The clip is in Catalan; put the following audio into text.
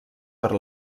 per